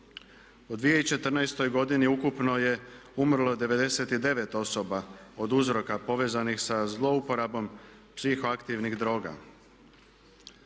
U 2014. godini ukupno je umrlo 99 osoba od uzroka povezanih sa zlouporabom psihoaktivnih droga.